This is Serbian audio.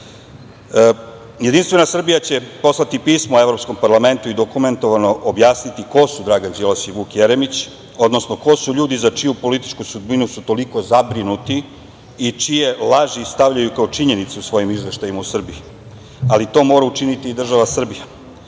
Srbije. Jedinstvena Srbija će poslati pismo Evropskom parlamentu i dokumentovano objasniti ko su Dragan Đilas i Vuk Jeremić, odnosno ko su ljudi za čiju političku sudbinu su toliko zabrinuti i čije laži stavljaju kao činjenicu u svojim izveštajima u Srbiji. To mora učiniti i država Srbija